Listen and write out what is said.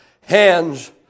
hands